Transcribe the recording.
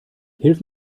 hilf